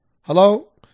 Hello